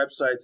websites